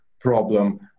problem